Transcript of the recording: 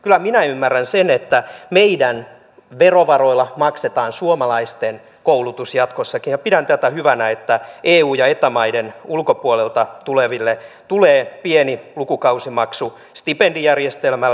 kyllä minä ymmärrän sen että meidän verovaroillamme maksetaan suomalaisten koulutus jatkossakin ja pidän tätä hyvänä että eu ja eta maiden ulkopuolelta tuleville tulee pieni lukukausimaksu stipendijärjestelmällä